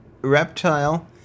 reptile